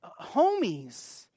homies